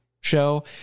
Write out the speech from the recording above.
show